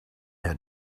had